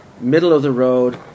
middle-of-the-road